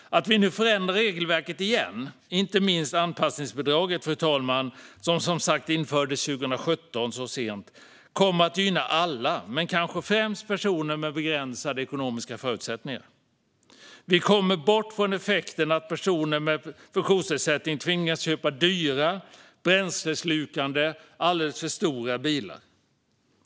Att vi nu förändrar regelverket igen, och inte minst anpassningsbidraget, fru talman, som infördes så sent som 2017, kommer att gynna alla. Men främst kommer det att gynna personer med begränsade ekonomiska förutsättningar. Vi kommer bort från effekten att personer med funktionsnedsättning tvingas köpa dyra, bränsleslukande och alldeles för stora bilar.